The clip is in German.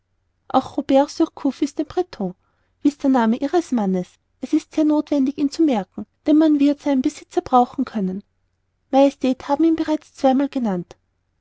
ein breton wie ist der name ihres mannes es ist sehr nothwendig ihn zu merken denn man wird seinen besitzer brauchen können majestät haben ihn bereits zweimal genannt